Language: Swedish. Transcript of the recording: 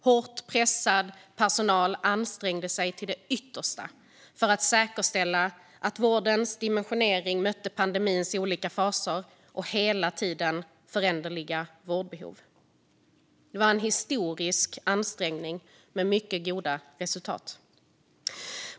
Hårt pressad personal ansträngde sig till det yttersta för att säkerställa att vårdens dimensionering mötte pandemins olika faser och hela tiden föränderliga vårdbehov. Det var en historisk ansträngning med mycket goda resultat.